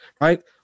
right